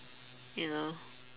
you know